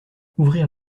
ouvrir